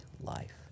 life